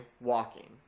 walking